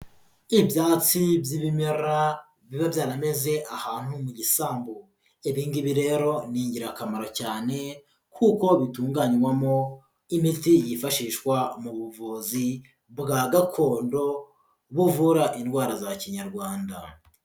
Ibyatsi by'ibimera biba byarameze ahantu mu gisambu, ibingibi rero ni ingirakamaro cyane, kuko bitunganywamo imiti yifashishwa mu buvuzi bwa gakondo, buvura indwara za kinyarwanda.